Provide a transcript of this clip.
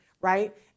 Right